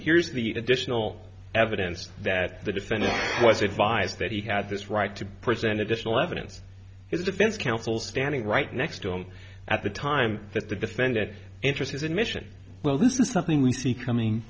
here's the additional evidence that the defendant was advised that he had this right to present a distal evidence his defense counsel standing right next to him at the time that the defendant interest his admission well this is something we see coming